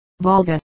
Volga